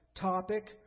topic